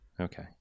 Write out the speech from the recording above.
Okay